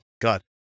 God